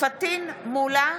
פטין מולה,